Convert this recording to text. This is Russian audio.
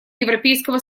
европейского